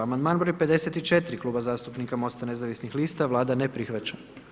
Amandman broj 54 Kluba zastupnika Mosta nezavisnih lista, Vlada ne prihvaća.